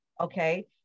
Okay